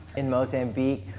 in mozambique,